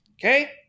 Okay